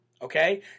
Okay